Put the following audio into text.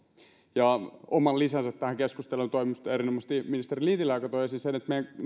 oman lisänsä tähän keskusteluun toi minusta erinomaisesti ministeri lintilä joka toi esiin sen että meidän